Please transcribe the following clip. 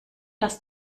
dass